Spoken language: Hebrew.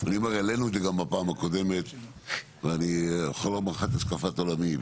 אני יכול לומר לך את השקפת עולמי,